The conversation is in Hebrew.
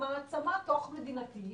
איך נאמר: המעצמה התוך מדינתית,